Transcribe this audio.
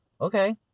Okay